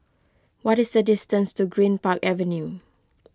what is the distance to Greenpark Avenue